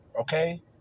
okay